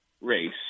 race